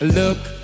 look